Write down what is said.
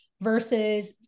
versus